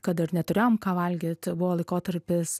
kad ir neturėjom ką valgyt buvo laikotarpis